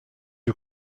you